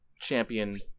champion